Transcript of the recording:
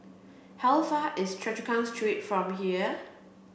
how far is Choa Chu Kang Street from here